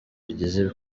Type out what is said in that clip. bigeze